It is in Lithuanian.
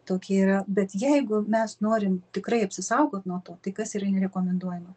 tokie yra bet jeigu mes norim tikrai apsisaugot nuo to tai kas yra nerekomenduojama